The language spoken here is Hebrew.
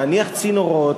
להניח צינורות,